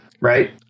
Right